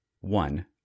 One